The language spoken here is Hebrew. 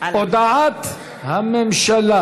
הודעת הממשלה